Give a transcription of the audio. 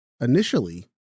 initially